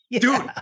Dude